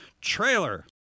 trailer